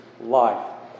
life